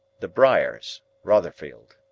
the briars, rotherfield.